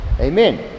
Amen